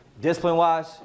discipline-wise